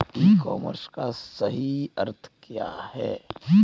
ई commerce का सही अर्थ क्या है?